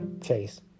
chase